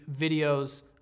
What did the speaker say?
videos